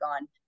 on